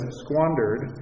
squandered